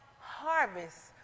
harvest